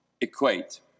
equate